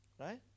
Right